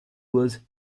was